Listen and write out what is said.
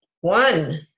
One